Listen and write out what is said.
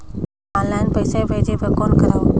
Online पईसा भेजे बर कौन करव?